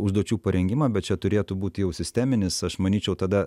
užduočių parengimą bet čia turėtų būti jau sisteminis aš manyčiau tada